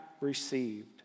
received